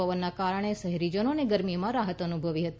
પવનના કારણે શહેરીજનોએ ગરમીમાં રાહત અનુભવી હતી